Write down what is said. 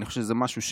אני חושב שזה משהו,